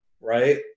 right